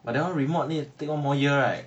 but that one remod need take one more year right